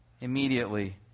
immediately